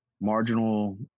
Marginal